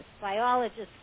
biologists